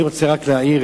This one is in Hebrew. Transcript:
אני רוצה רק להעיר,